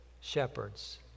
shepherds